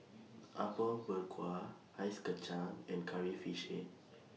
Apom Berkuah Ice Kachang and Curry Fish Head